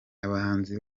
abahanzi